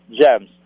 Gems